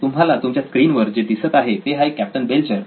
तुम्हाला तुमच्या स्क्रीनवर जे दिसत आहेत ते आहेत कॅप्टन बेल्चर